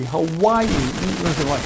Hawaii